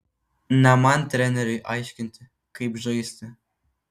ne man treneriui aiškinti kaip žaisti